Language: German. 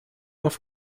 auf